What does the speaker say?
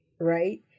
right